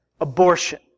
Abortion